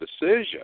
decision